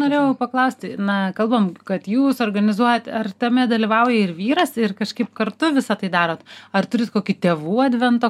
norėjau paklausti na kalbam kad jūs organizuojat ar tame dalyvauja ir vyras ir kažkaip kartu visa tai darot ar turit kokį tėvų advento